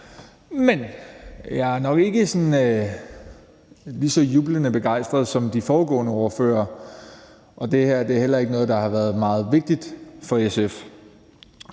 Men jeg er nok ikke så jublende begejstret som de foregående ordførere, og det her er heller ikke noget, der har været meget vigtigt for SF.